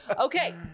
Okay